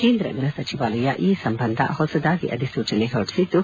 ಕೇಂದ್ರ ಗ್ಬಹಸಚಿವಾಲಯ ಈ ಸಂಬಂಧ ಹೊಸದಾಗಿ ಅಧಿಸೂಚನೆ ಹೊರಡಿಸಿದ್ದು